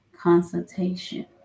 consultation